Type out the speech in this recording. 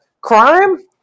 Crime